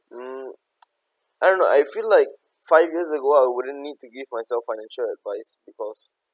mm I don't know I feel like five years ago I wouldn't need to give myself financial advice because